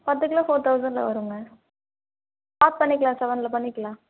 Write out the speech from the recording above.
பத்து kilo four தௌசண்ட்ல வரும்ங்க பாத்து பண்ணிக்கலாம் செவனில் பண்ணிக்கலாம்